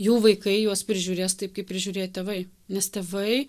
jų vaikai juos prižiūrės taip kaip prižiūrėjo tėvai nes tėvai